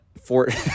fort